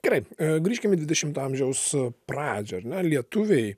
gerai grįžkim į dvidešimto amžiaus pradžią ar ne lietuviai